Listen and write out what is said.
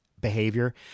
behavior